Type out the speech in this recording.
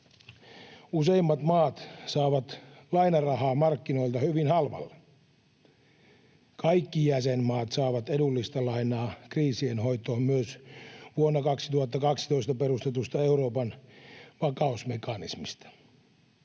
Useimmat maat saavat lainarahaa markkinoilta hyvin halvalla. Kaikki jäsenmaat saavat edullista lainaa kriisien hoitoon myös vuonna 2012 perustetusta Euroopan vakausmekanismista,